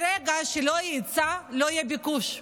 ברגע שלא יהיה היצע, לא יהיה ביקוש.